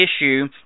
issue